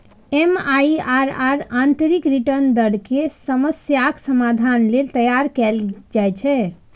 MIRR आंतरिक return दर के समस्याक समाधान लेल तैयार कैल जाइ छै